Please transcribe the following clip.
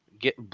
get